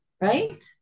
Right